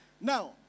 now